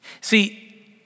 See